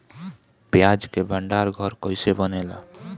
प्याज के भंडार घर कईसे बनेला?